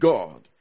God